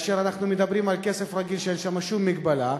וכאשר אנחנו מדברים על כסף רגיל אין שם שום מגבלה,